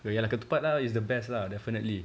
ya lah ketupat is the best lah definitely